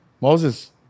Moses